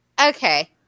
okay